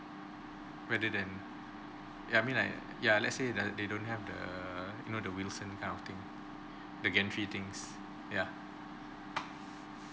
rather than ya I mean like ya let's say that they don't have the you know the wilson kind of thing the gantry things ya